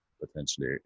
potentially